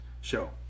show